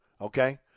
okay